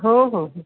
हो हो हो